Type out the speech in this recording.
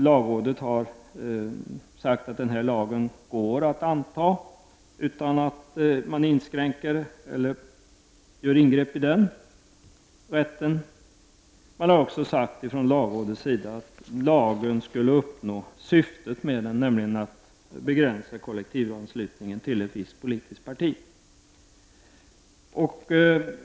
Lagrådet har sagt att det går att anta den här lagen utan att ingrepp görs i denna föreningsrätt. Lagrådet har också sagt att lagen skulle uppnå sitt syfte, nämligen att begränsa kollektivanslutningen till ett visst politiskt parti.